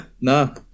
no